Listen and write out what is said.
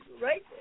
right